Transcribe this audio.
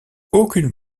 aucune